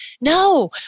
No